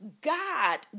God